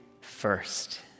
first